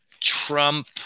Trump